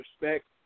respect